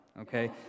Okay